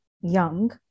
young